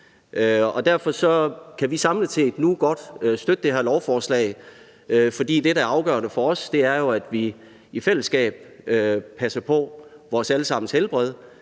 Derfor kan vi samlet set nu godt støtte det her lovforslag, for det, der er afgørende for os, er, at vi i fællesskab passer på vores alle sammens helbred,